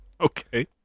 Okay